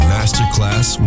Masterclass